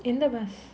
எந்த:endha bus